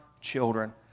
children